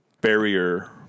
barrier